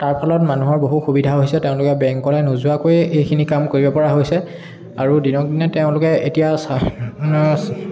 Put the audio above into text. তাৰ ফলত মানুহৰ বহু সুবিধা হৈছে তেওঁলোকে বেংকলৈ নোযোৱাকৈয়ে এইখিনি কাম কৰিব পৰা হৈছে আৰু দিনক দিনে তেওঁলোকে এতিয়া